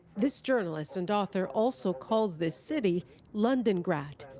this journalist and author also called this city londongrad.